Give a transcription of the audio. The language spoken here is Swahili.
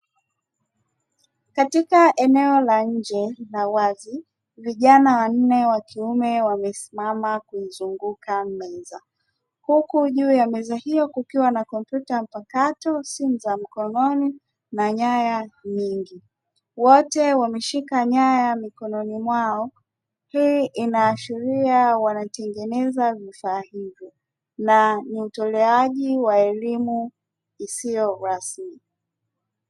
Katika eneo la nje na wazi vijana wanne wa kiume wamesimama kuizunguka meza huku juu ya meza hiyo kukiwa na kompyuta mpakato, simu za mkononi na nyaya nyingi wote wameshika nyaya mikononi mwao ,hii inaashiria wanatengeneza vifaa hivyo na ni utoleaji wa elimu isiyo rasmi.